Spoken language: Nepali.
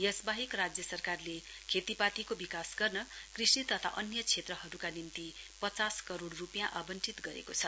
यसवाहेक राज्य सरकारले खेतीपातीको विकास गर्न कृषि तथा अन्य क्षेत्रहरूका निम्ति पचास करोड़ आवन्टित गरेको छ